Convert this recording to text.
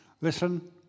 Listen